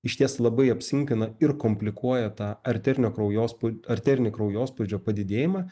išties labai apsunkina ir komplikuoja tą arterinio kraujospū arterinį kraujospūdžio padidėjimą